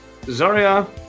Zarya